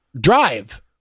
Drive